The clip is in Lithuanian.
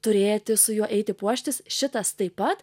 turėti su juo eiti puoštis šitas taip pat